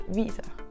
viser